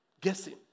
guessing